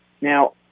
Now